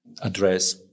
address